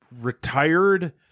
retired